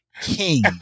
king